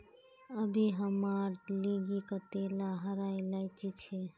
अभी हमार लिगी कतेला हरा इलायची छे